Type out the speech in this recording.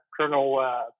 Colonel